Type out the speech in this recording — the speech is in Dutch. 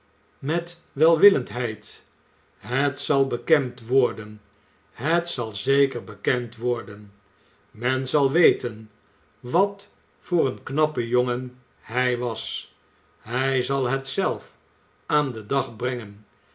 met welwillendheid het zal bekend worden het zal zeker bekend worden men zal weten wat voor een knappen jongen hij was hij zal het zelf aan den dag brengen